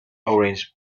orange